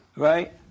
Right